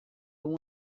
uma